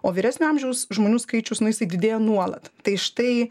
o vyresnio amžiaus žmonių skaičius na jisai didėja nuolat tai štai